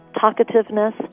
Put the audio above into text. talkativeness